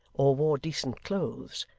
or wore decent clothes,